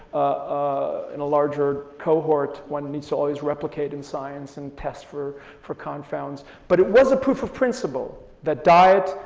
ah in a larger cohort. one needs to always replicate in science and tests for for confounds. but it was a proof of principle that diet,